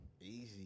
easy